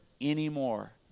anymore